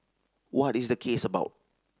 what is the case about